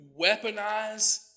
weaponize